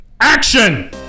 Action